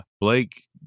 Blake